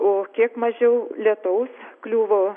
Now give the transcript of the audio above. o kiek mažiau lietaus kliuvo